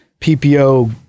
ppo